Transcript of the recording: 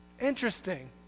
Interesting